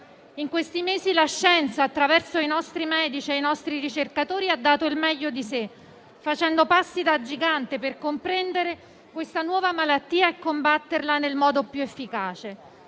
In questi mesi la scienza, attraverso i nostri medici e i nostri ricercatori, ha dato il meglio di sé, facendo passi da gigante per comprendere questa nuova malattia e combatterla nel modo più efficace.